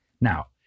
Now